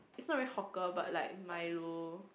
it's not really hawker but like milo